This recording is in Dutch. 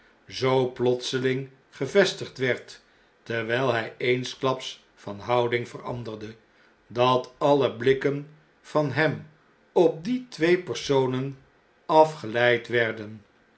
zoo plotseling gevestigd werd terwjjl hjj eensklaps van houding veranderde dat alle blikken van hem op die twee personen afgeleid werden